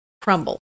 crumble